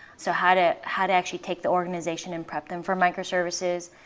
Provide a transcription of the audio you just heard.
so how to how to actually take the organization and prep them for microservices.